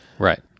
Right